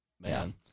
man